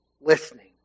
Listening